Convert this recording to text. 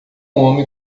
homem